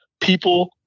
people